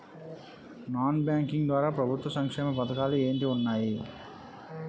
Non banking ద్వారా ప్రభుత్వ సంక్షేమ పథకాలు ఏంటి ఉన్నాయి?